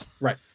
Right